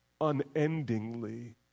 unendingly